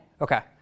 Okay